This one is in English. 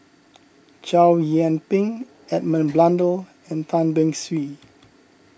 Chow Yian Ping Edmund Blundell and Tan Beng Swee